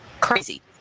crazy